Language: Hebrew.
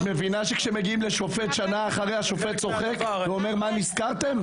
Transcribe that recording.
את מבינה שכשמגיעים לשופט שנה אחרי אז השופט צוחק ושואל מה נזכרתם?